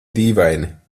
dīvaini